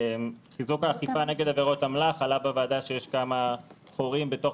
חיזוק האכיפה נגד עבירות אמל"ח עלה בוועדה שיש כמה חורים בתוך